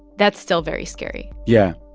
that's still very scary yeah.